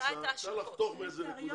צריך לחתוך מזה נקודה.